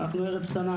אנחנו ארץ קטנה,